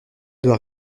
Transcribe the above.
doit